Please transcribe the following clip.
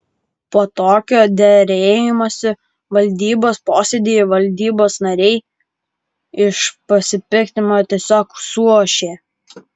po tokio derėjimosi valdybos posėdyje valdybos nariai iš pasipiktinimo tiesiog suošė